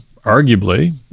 arguably